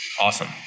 Awesome